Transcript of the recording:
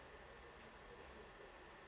uh